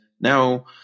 now